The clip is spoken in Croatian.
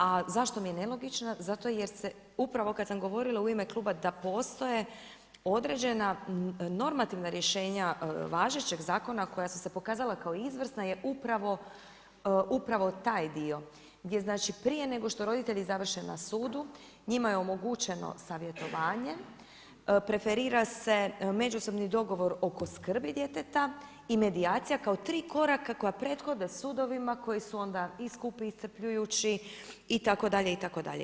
A zašto mi je nelogična zato jer se upravo kada sam govorila u ime kluba da postoje određena normativna rješenja važećeg zakona koja su se pokazala kao izvrsna je upravo taj dio gdje znači prije nego što roditelji završe na sudu njima je omogućeno savjetovanje, preferira se međusobni dogovor oko skrbi djeteta i medijacija kao tri koraka koja prethode sudovima koji su onda i skupi i iscrpljujući itd., itd.